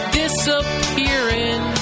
disappearing